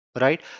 Right